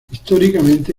históricamente